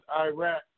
Iraq